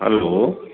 hello